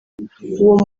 uwo